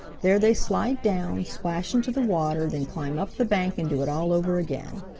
there they slide down, splash into the water, then climb up the bank and do it all over again.